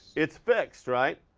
it's fixed, right?